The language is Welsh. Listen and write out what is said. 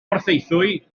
porthaethwy